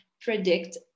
predict